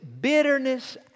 Bitterness